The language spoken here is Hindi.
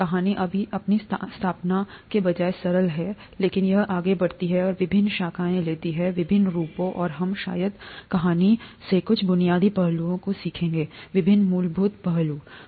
कहानी अपनी स्थापना के बजाय सरल है लेकिन यह आगे बढ़ती है और विभिन्न शाखाएं लेती है विभिन्न रूपों और हम शायद कहानी से कुछ बुनियादी पहलुओं को सीखेंगे विभिन्न मूलभूत पहलू